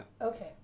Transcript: Okay